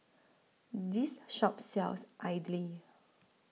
This Shop sells Idly